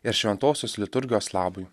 ir šventosios liturgijos labui